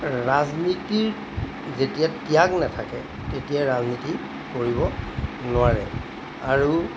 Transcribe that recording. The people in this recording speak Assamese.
ৰাজনীতিৰ যেতিয়া ত্যাগ নাথাকে তেতিয়া ৰাজনীতি কৰিব নোৱাৰে আৰু